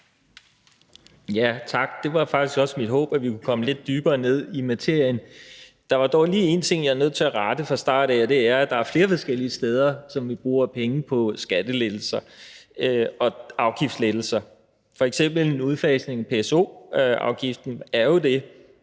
Ja, tak. Det var faktisk mit håb, at vi kunne komme lidt dybere ned i materien. Der er dog lige en ting, som jeg er nødt til at rette fra starten, og det er, at der er flere forskellige steder, hvor vi bruger penge på skattelettelser og afgiftslettelser. Det er jo f.eks. er udfasningen af PSO-afgiften, og